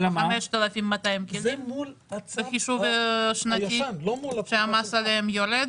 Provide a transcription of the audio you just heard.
5,200 כלים בחישוב שנתי שהמס עליהם יורד.